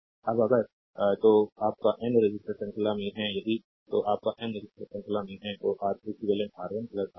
अब अगर तो आप का N रेसिस्टर्स श्रृंखला में हैं यदि तो आप का N रेसिस्टर्स श्रृंखला में हैं तो R eq R1 R2 Rn होगा